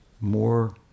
more